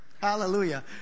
Hallelujah